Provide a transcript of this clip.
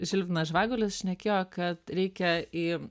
žilvinas žvagulis šnekėjo kad reikia į